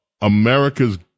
America's